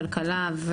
הכלכלה,